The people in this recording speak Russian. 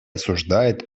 осуждает